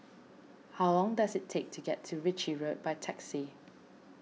how long does it take to get to Ritchie Road by taxi